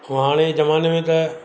ऐं हाणे जे ज़माने में त